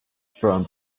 from